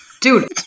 dude